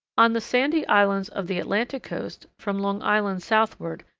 on the sandy islands of the atlantic coast, from long island southward,